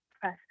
press